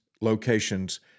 locations